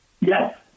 Yes